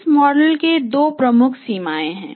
इस मॉडल की दो प्रमुख सीमाएँ हैं